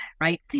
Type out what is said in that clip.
right